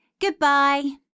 Goodbye